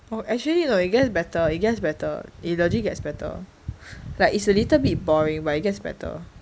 well actually like it gets better it gets better it legit gets better like it's a little bit boring but it gets better